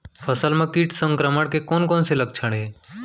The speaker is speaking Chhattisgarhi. फसल म किट संक्रमण के कोन कोन से लक्षण हे?